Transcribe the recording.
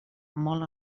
molt